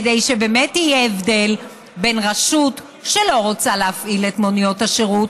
כדי שבאמת יהיה הבדל בין רשות שלא רוצה להפעיל את מוניות השירות,